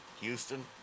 Houston